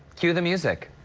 cue the music.